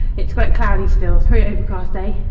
it's quite cloudy still. very overcast day.